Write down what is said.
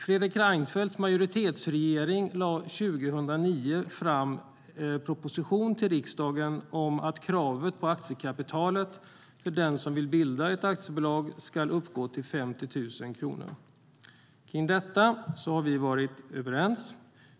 Fredrik Reinfeldts majoritetsregering lade 2009 fram en proposition till riksdagen om att kravet på aktiekapital för den som vill bilda aktiebolag skulle uppgå till 50 000 kronor. Vi var överens om det.